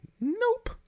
nope